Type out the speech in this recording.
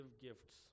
gifts